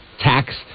tax